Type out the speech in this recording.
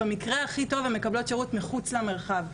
במקרה הכי טוב הן מקבלות שירות מחוץ למרחב.